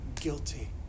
guilty